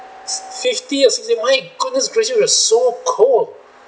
s~ fifty or sixty my goodness gracious we're so cold